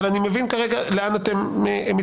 אבל אני מבין כרגע לאן אתם מתכווננים.